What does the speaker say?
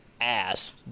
ass